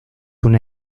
una